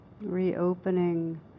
Reopening